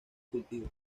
cultivo